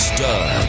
Stud